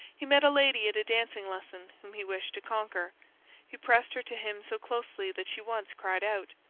he met a lady at a dancing lesson whom he wished to conquer he pressed her to him so closely that she once cried out.